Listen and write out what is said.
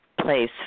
place